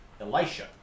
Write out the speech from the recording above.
Elisha